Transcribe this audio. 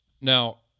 Now